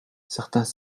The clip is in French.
certains